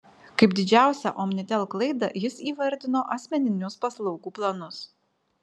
kaip didžiausią omnitel klaidą jis įvardino asmeninius paslaugų planus